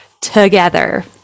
together